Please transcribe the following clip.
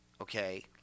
okay